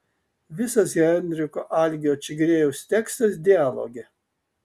visas henriko algio čigriejaus tekstas dialoge